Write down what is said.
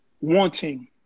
wanting